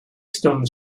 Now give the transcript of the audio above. stones